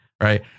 Right